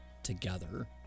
together